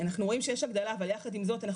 אנחנו רואים שיש הגדלה אבל יחד עם זאת אנחנו